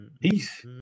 Peace